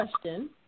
question